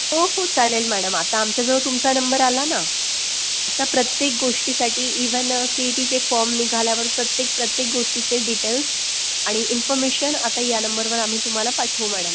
हो हो चालेल मॅडम आता आमच्याजवळ तुमचा नंबर आला ना आता प्रत्येक गोष्टीसाठी इव्हन सी ई टीचे फॉर्म निघाल्यावर प्रत्येक प्रत्येक गोष्टीचे डिटेल्स आणि इन्फर्मेशन आता या नंबरवर आम्ही तुम्हाला पाठवू मॅडम